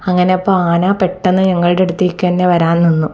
അങ്ങനെ അപ്പോൾ ആന പെട്ടന്ന് ഞങ്ങളുടെ അടുത്തേക്ക് തന്നെ വരാൻ നിന്നു